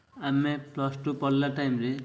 ଆମେ plus two ପଢ଼ିଲା ଟାଇମ୍ରେ